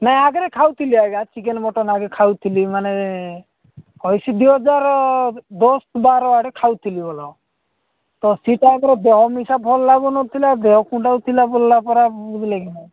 ନାଇଁ ଆଗରେ ଖାଉଥିଲି ଆଜ୍ଞା ଚିକେନ ମଟନ ଆଗେ ଖାଉଥିଲି ମାନେ ଦୁଇ ହଜାର ଦଶ ବାର ଆଡ଼େ ଖାଉଥିଲି ଭଲ ତ ସେଇଟା ଆଗର ଦେହ ମିଶା ଭଲ ଲାଗୁନଥିଲା ଦେହ କୁଣ୍ଡାଉ ଥିଲା ବୁଝିଲ କିି ନାଇଁ